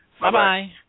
Bye-bye